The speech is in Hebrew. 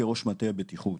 כיו"ר מטה בטיחות